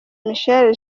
michaëlle